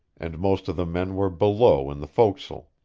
and most of the men were below in the fo'c's'le.